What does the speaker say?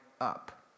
up